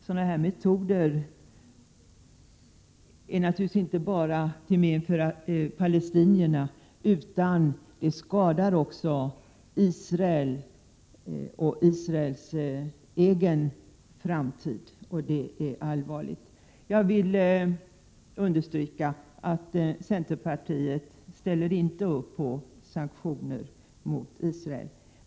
Sådana här metoder är naturligtvis inte bara till skada för palestinierna utan de skadar också Israel och Israels egen framtid, och det är också allvarligt. Jag vill understryka att vi i centerpartiet inte ställer upp på sanktioner mot Israel.